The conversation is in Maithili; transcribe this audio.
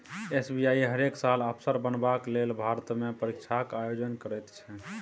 एस.बी.आई हरेक साल अफसर बनबाक लेल भारतमे परीक्षाक आयोजन करैत छै